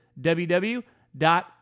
www